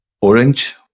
orange